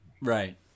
right